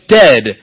dead